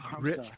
Rich